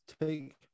take